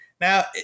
Now